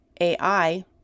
AI